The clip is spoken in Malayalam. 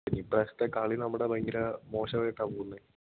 പിന്നെ ഇപ്രാവശ്യത്തെ കളി നമ്മുടെ ഭയങ്കര മോശമായിട്ടാണ് പോകുന്നത്